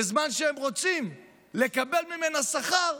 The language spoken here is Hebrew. בזמן שהם רוצים לקבל ממנה שכר,